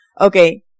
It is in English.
Okay